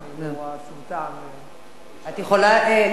אני לא רואה שום טעם,